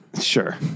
Sure